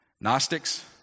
Gnostics